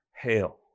hail